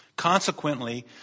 Consequently